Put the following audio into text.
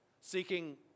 seeking